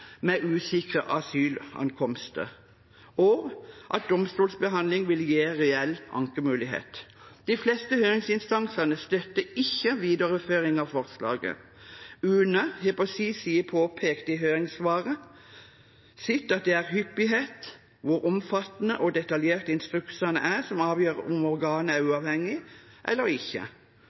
med usikre asylankomster, og at domstolsbehandling vil gi en reell ankemulighet. De fleste høringsinstansene støttet ikke videreføring av forslaget. UNE har på sin side påpekt i høringssvaret sitt at det er hyppighet og hvor omfattende og detaljerte instruksene er, som avgjør om organet er uavhengig eller ikke.